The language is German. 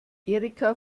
erika